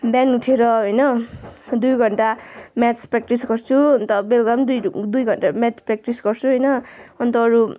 बिहान उठेर होइन दुई घन्टा म्याथ प्र्याक्टिस गर्छु अन्त बेलुका पनि दुई घन्टा म्याथ प्र्याक्टिस गर्छु होइन अन्त अरू